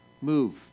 move